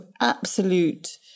absolute